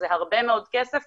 זה הרבה מאוד כסף.